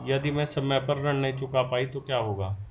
यदि मैं समय पर ऋण नहीं चुका पाई तो क्या होगा?